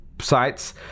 sites